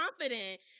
confident